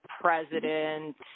president